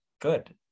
good